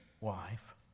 wife